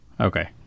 Okay